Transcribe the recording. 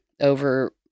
over